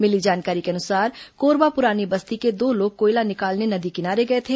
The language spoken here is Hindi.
मिली जानकारी के अनुसार कोरबा पुरानी बस्ती के दो लोग कोयला निकालने नदी किनारे गए थे